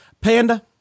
Panda